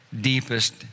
deepest